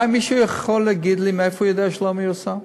אולי מישהו יכול להגיד לי מאיפה הוא יודע שזה לא מיושם?